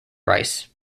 rice